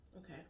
okay